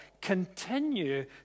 continue